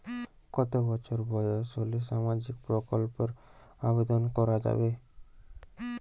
কত বছর বয়স হলে সামাজিক প্রকল্পর আবেদন করযাবে?